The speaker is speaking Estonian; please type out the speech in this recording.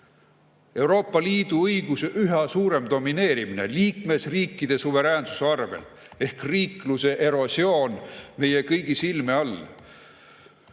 Euroopa Liidu õiguse üha suurem domineerimine liikmesriikide suveräänsuse arvel ehk riikluse erosioon meie kõigi silme all.